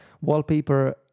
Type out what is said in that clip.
wallpaper